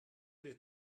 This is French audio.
les